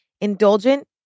Indulgent